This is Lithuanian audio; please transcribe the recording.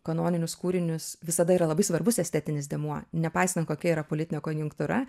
kanoninius kūrinius visada yra labai svarbus estetinis dėmuo nepaisant kokia yra politinė konjunktūra